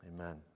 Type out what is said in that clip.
amen